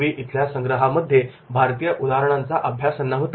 पूर्वी इथल्या संग्रहामध्ये भारतीय उदाहरणांचा अभ्यास नव्हता